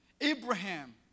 Abraham